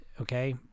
Okay